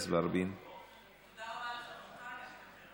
נחמיאס ורבין, תודה רבה לחברותיי.